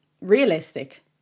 realistic